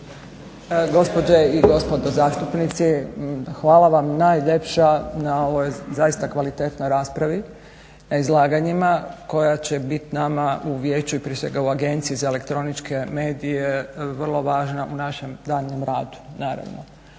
Gospođe i gospodo zastupnici. Hvala vam najljepša na ovoj zaista kvalitetnoj raspravi, na izlaganjima koja će biti nama u Vijeću i prije svega u Agenciji za elektroničke medije vrlo važna u našem daljnjem radu naravno.